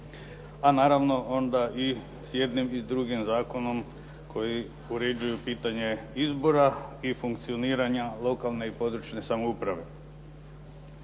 a naravno onda i s jednim i drugim zakonom koji uređuju pitanja izbora i funkcioniranja lokalne i područne samouprave.